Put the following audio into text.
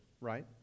right